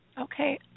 Okay